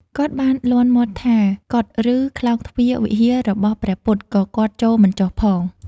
គាត់បានលាន់មាត់ថា កុដិ ឬខ្លោងទ្វារវិហាររបស់ព្រះពុទ្ធ ក៏គាត់ចូលមិនចុះផង។